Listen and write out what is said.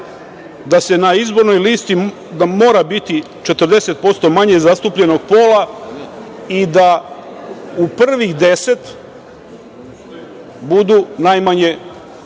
da na izbornoj listi mora biti 40% manje zastupljenog pola i da u prvih 10 budu najmanje